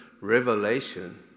revelation